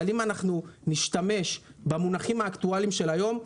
אם נשתמש במונחים אקטואליים של היום,